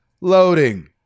loading